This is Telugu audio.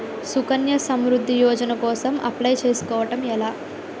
సుకన్య సమృద్ధి యోజన కోసం అప్లయ్ చేసుకోవడం ఎలా?